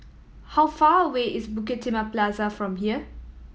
how far away is Bukit Timah Plaza from here